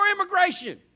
immigration